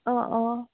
অঁ অঁ